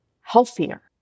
healthier